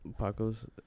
Pacos